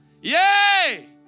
Yay